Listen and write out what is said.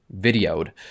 videoed